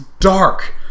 dark